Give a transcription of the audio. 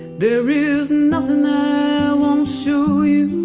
there is nothing i won't show you